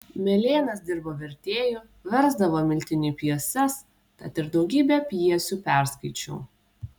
melėnas dirbo vertėju versdavo miltiniui pjeses tad ir daugybę pjesių perskaičiau